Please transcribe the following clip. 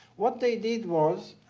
what they did was